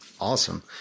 Awesome